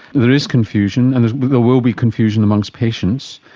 there is confusion, and there there will be confusion amongst patients.